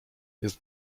jest